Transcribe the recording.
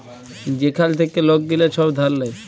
যেখাল থ্যাইকে লক গিলা ছব ধার লেয়